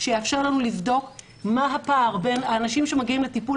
מחקר שיאפשר לנו לבדוק מה הפער בין האנשים שמגיעים לטיפול